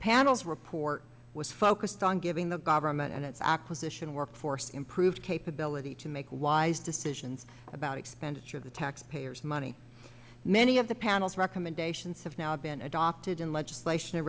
panel's report was focused on giving the government and its acquisition workforce improved capability to make wise decisions about expenditure of the taxpayers money many of the panel's recommendations have now been adopted in legislation o